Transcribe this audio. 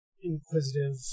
inquisitive